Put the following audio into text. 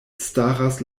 staras